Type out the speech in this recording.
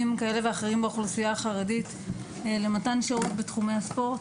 כאלה ואחרים באוכלוסייה החרדית למתן שירות בתחומי הספורט.